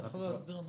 תוכל להסביר את